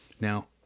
Now